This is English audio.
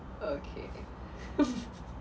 okay